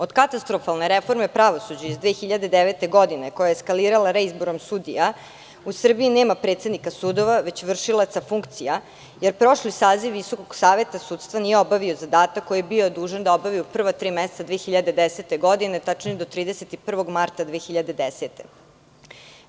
Od katastrofalne reforme pravosuđa iz 2009. godine, koja je eskalirala reizborom sudija, u Srbiji nema predsednika sudija, već vršilaca funkcija, jer prošli saziv Visokog saveta sudstva nije obavio zadatak koji je bio dužan da obavi u prva tri meseca 2010. godine, tačnije do 31. marta 2010. godine.